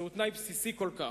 זהו תנאי בסיסי כל כך,